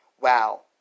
Wow